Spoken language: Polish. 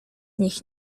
niech